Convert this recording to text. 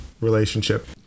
relationship